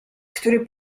który